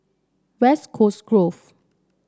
West Coast Grove